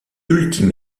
ultime